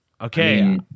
Okay